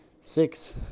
six